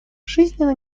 жизненно